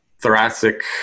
thoracic